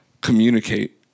communicate